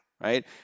Right